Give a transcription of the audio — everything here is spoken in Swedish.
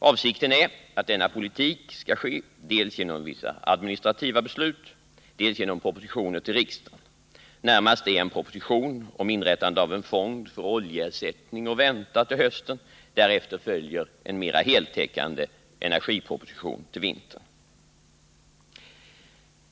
Avsikten är att denna politik skall ske dels genom vissa administrativa beslut, dels genom propositioner till riksdagen. Närmast är en proposition om inrättande av en fond för oljeersättning att vänta till hösten. Därefter följer en mera heltäckande energiproposition till vintern.